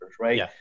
right